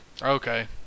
Okay